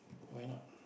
why not